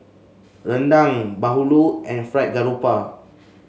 rendang bahulu and Fried Garoupa